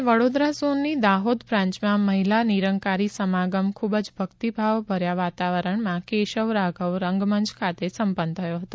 આજે વડોદરા ઝોનની દાહોદ બ્રાન્ચમાં મહિલા નિરંકારી સમાગમ ખૂબ જ ભક્તિભાવ ભર્યા વાતાવરણમાં કેશવ રાઘવ રંગમંચ ખાતે સંપન્ન થયો હતો